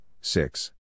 Six